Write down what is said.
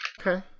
okay